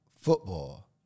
football